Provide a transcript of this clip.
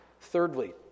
Thirdly